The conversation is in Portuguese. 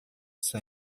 isso